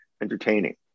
entertaining